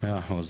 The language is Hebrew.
מאה אחוז.